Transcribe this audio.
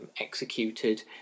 executed